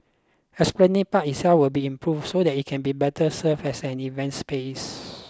Esplanade Park itself will be improved so that it can better serve as an event space